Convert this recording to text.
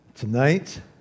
Tonight